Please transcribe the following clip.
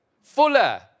fuller